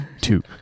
Two